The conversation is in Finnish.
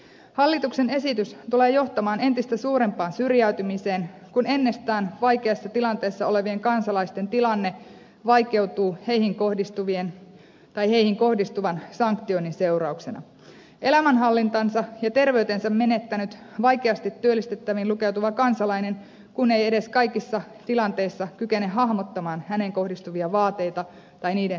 hallituksen esitys tulee johtamaan entistä suurempaan syrjäytymiseen kun ennestään vaikeassa tilanteessa olevien kansalaisten tilanne vaikeutuu heihin kohdistuvan sanktioinnin seurauksena elämänhallintansa ja terveytensä menettänyt vaikeasti työllistettäviin lukeutuva kansalainen kun ei edes kaikissa tilanteissa kykene hahmottamaan häneen kohdistuvia vaateita tai niiden seurauksia